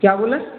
क्या बोला